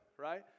right